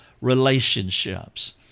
relationships